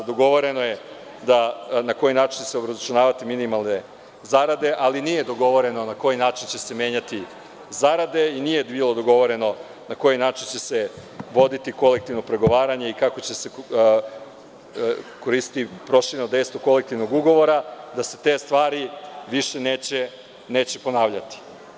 Dogovoreno je na koji način će se obračunavati minimalne zarade, ali nije dogovoreno na koji način će se menjati zarade i nije bilo dogovoreno na koji način će se voditi kolektivno pregovaranje i kako će se koristiti prošireno dejstvo kolektivnog ugovora da se te stvari više neće ponavljati.